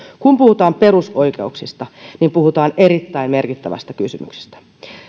kun puhutaan perusoikeuksista niin puhutaan erittäin merkittävästä kysymyksestä